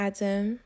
Adam